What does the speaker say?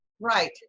Right